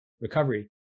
Recovery